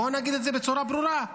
בואו נגיד את זה בצורה ברורה.